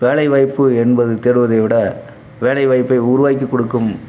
வேலைவாய்ப்பு என்பது தேடுவதை விட வேலைவாய்ப்பை உருவாக்கி கொடுக்கும்